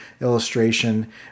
illustration